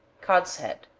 cod's head.